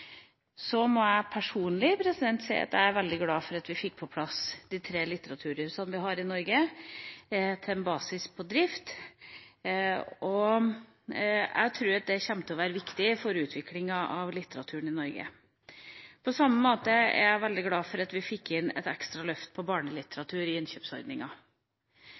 Så må jeg si at jeg personlig er veldig glad for at vi fikk på plass de tre litteraturhusene vi har i Norge, til en basis på drift, og jeg tror at det kommer til å være viktig for utviklinga av litteraturen i Norge. På samme måte er jeg veldig glad for at vi fikk inn et ekstra løft for barnelitteratur i innkjøpsordninga.